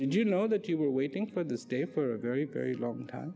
you know that you were waiting for this day for a very very long time